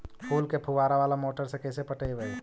फूल के फुवारा बाला मोटर से कैसे पटइबै?